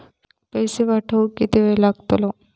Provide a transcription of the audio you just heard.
पैशे पाठवुक किती वेळ लागतलो?